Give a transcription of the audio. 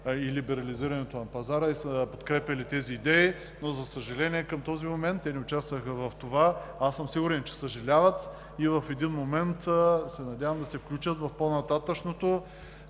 и либерализирането на пазара и са подкрепяли тези идеи. За съжаление, към този момент те не участваха в това. Сигурен съм, че съжаляват, и в един момент се надявам да се включат в по-нататъшното